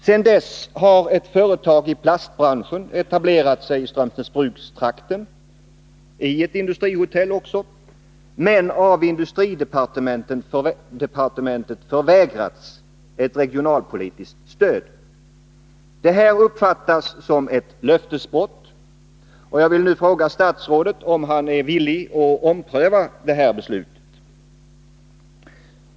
Sedan dess har ett företag i plastbranschen Om verksamheten etablerat sig i Strömsnäsbrukstrakten, i ett industrihotell, men av industrivid Munksjö AB departementet förvägrats regionalpolitiskt stöd. Detta uppfattas som ett löftesbrott, och jag vill fråga statsrådet om han är villig att ompröva detta beslut.